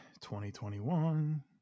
2021